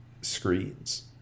screens